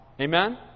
Amen